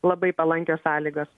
labai palankios sąlygos